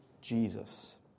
Jesus